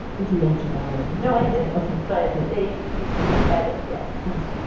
did you answer that already? no, i didn't. but they receive credit, yes. nice.